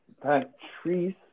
Patrice